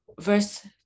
Verse